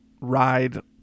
ride